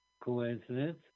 Coincidence